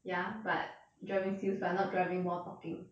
ya but driving skills but not driving while talking